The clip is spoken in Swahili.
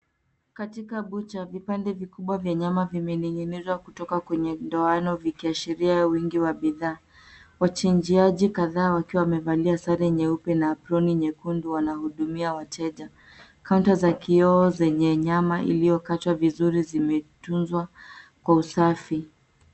Katika cs[butcher]cs, vipande vikubwa vya nyama vimening'inizwa kutoka kwenye ndoano vikiashiria uwingi wa bidhaa. Wachinjiaji kadhaa wakiwa wamevalia sare nyeupe na aproni nyekundu wanahudumia wateja. cs[Counter]cs za kioo zenye nyama iliyokatwa vizuri zimetunzwa kwa usafi.